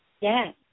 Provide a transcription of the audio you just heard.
Yes